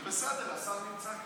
זה בסדר, השר נמצא כאן.